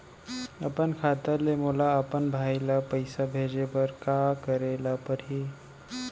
अपन खाता ले मोला अपन भाई ल पइसा भेजे बर का करे ल परही?